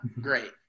great